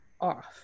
off